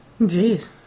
Jeez